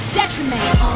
detriment